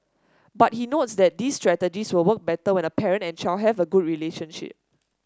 but he notes that these strategies will work better when a parent and child have a good relationship